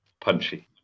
punchy